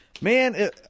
Man